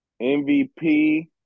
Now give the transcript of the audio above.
MVP